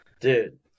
dude